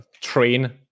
train